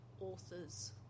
author's